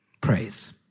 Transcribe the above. praise